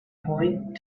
point